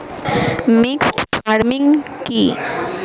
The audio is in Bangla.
মিক্সড ফার্মিং কি?